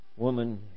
woman